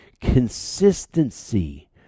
consistency